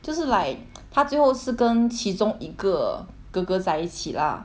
就是 like 她最后是跟其中一个哥哥在一起 lah